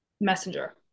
messenger